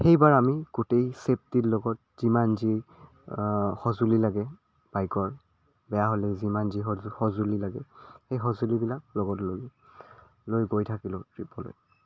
সেইবাৰ আমি গোটেই চেফটিৰ লগত যিমান যি সঁজুলি লাগে বাইকৰ বেয়া হ'লে যিমান যি সঁজুলি লাগে সেই সঁজুলিবিলাক লগত ল'লোঁ লৈ গৈ থাকিলোঁ ট্ৰিপলৈ